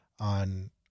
on